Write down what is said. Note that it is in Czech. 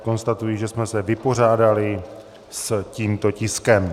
Konstatuji, že jsme se vypořádali s tím to tiskem.